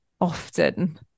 often